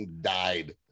died